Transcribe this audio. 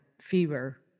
Fever